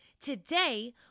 Today